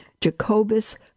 Jacobus